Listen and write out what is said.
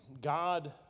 God